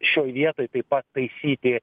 šioj vietoj taip pat taisyti